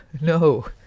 No